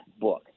book